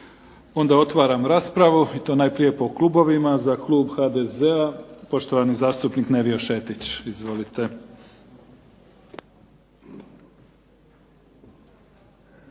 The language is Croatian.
Onda otvaram raspravu i to najprije po klubovima. Za klub HDZ-a poštovani zastupnik Nevio Šetić. Izvolite.